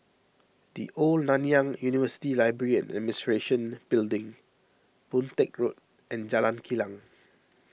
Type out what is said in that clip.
the Old Nanyang University Library and Administration Building Boon Teck Road and Jalan Kilang